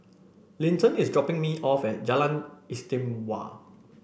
Linton is dropping me off at Jalan Istimewa